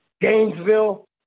Gainesville